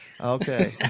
Okay